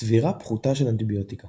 צבירה פחותה של אנטיביוטיקה